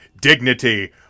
dignity